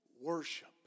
worship